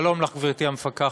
שלום לך, גברתי המפקחת,